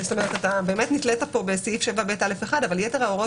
אתה באמת נתלית כאן בסעיף 7ב(א1) אבל יתר ההוראות